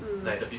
mm